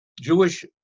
Jewish